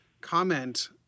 comment